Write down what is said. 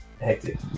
hectic